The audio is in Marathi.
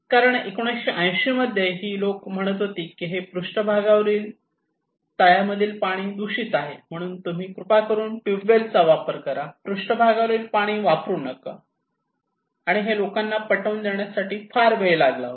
कारण 1980 मध्ये ही लोक म्हणत होती की हे पृष्ठभागावरील तळ्यांमधील पाणी दूषित आहे आणि म्हणून तुम्ही कृपा करून ट्यूबवेल चा वापर करा पृष्ठभागावरील पाणी वापरू नका हे लोकांना पटवून देण्यासाठी फार फार वेळ लागला होता